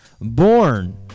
Born